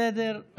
בסדר.